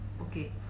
Okay